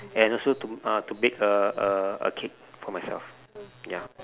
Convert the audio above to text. and also to uh bake a a a cake for myself ya